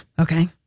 Okay